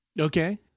Okay